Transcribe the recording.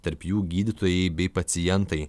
tarp jų gydytojai bei pacientai